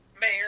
mayor